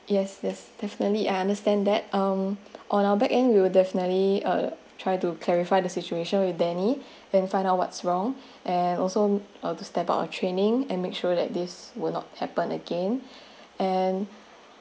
yes yes definitely I understand that um on our back end will definitely uh try to clarify the situation with danny and find out what's wrong and also have to step up our training and make sure that this will not happen again and